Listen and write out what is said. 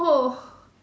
oh